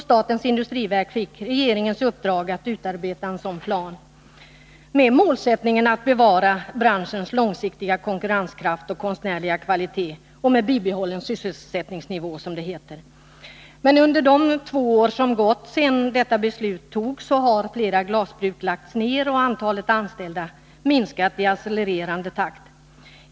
Statens industriverk fick regeringens uppdrag att utarbeta en sådan plan, med målsättningen att bevara branschens långsiktiga konkurrenskraft och konstnärliga kvalitet och med bibehållen sysselsättningsnivå, som det hette. Men under de två år som gått sedan detta beslut fattades har flera glasbruk lagts ned och antalet anställda minskat i accelererande takt.